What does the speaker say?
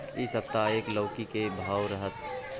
इ सप्ताह एक लौकी के की भाव रहत?